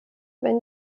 wenn